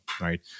right